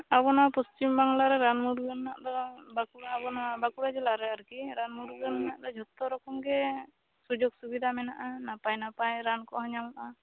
ᱟᱵᱚ ᱱᱚᱶᱟ ᱯᱚᱥᱪᱤᱢᱵᱟᱝᱞᱟ ᱨᱮ ᱨᱟᱱ ᱢᱩᱨᱜᱟᱹᱱ ᱨᱮᱱᱟᱜ ᱫᱚ ᱵᱟᱠᱩ ᱟᱵᱚ ᱱᱚᱶᱟ ᱵᱟᱠᱩᱲᱟ ᱡᱮᱞᱟ ᱨᱮ ᱟᱨᱠᱤ ᱨᱟᱱ ᱢᱩᱨᱜᱟᱹᱱ ᱨᱮᱭᱟᱜ ᱫᱚ ᱡᱚᱛᱚ ᱨᱚᱠᱚᱢ ᱜᱮ ᱥᱩᱡᱳᱠ ᱥᱩᱵᱤᱫᱟ ᱢᱮᱱᱟᱜᱼᱟ ᱱᱟᱯᱟᱭ ᱱᱟᱯᱟᱭ ᱨᱟᱱ ᱠᱚᱦᱚᱸ ᱧᱟᱢᱚᱜᱼᱟ